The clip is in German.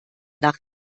nach